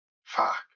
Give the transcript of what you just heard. Fuck